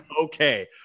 okay